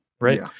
right